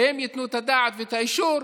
שהם ייתנו את הדעת ואת האישור,